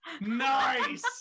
Nice